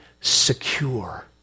secure